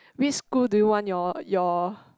which school do you want your your